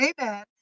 amen